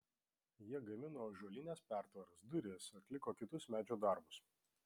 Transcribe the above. jie gamino ąžuolines pertvaras duris atliko kitus medžio darbus